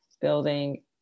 building